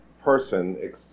person